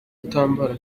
kutambara